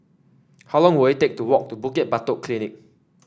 how long will it take to walk to Bukit Batok Polyclinic